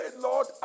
Lord